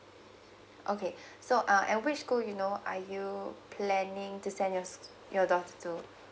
okay so uh at which school you know are you planning to send your s~ your daughter to